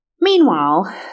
Meanwhile